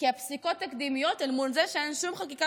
כי פסיקות תקדימיות אל מול זה שאין שום חקיקה